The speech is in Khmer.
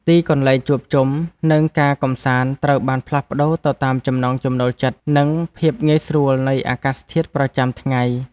ទីកន្លែងជួបជុំ និងការកម្សាន្តត្រូវបានផ្លាស់ប្តូរទៅតាមចំណង់ចំណូលចិត្ត និងភាពងាយស្រួលនៃអាកាសធាតុប្រចាំថ្ងៃ។